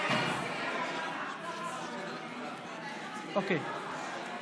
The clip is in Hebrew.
סיעת יהדות התורה לסעיף 1 לא נתקבלה.